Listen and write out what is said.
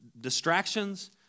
distractions